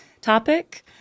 topic